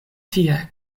tie